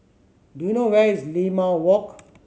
do you know where is Limau Walk